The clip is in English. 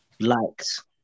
likes